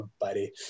buddy